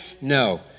No